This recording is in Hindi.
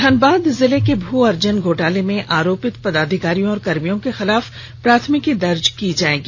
धनबाद जिले के भू अर्जन घोटाले में आरोपित पदाधिकारियों और कर्मियों के खिलाफ प्राथमिकी दर्ज की जाएगी